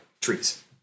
trees